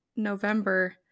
november